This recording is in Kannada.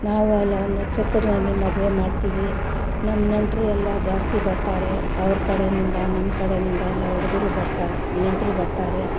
ನಾವು ಅಲ್ಲಿ ಛತ್ರದಲ್ಲಿ ಮದುವೆ ಮಾಡ್ತೀವಿ ನಮ್ಮ ನೆಂಟರು ಎಲ್ಲ ಜಾಸ್ತಿ ಬರ್ತಾರೆ ಅವ್ರ ಕಡೆಯಿಂದ ನಮ್ಮ ಕಡೆಯಿಂದ ಎಲ್ಲ ಹುಡುಗರು ಬರ್ತಾ ನೆಂಟರು ಬರ್ತಾರೆ